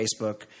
Facebook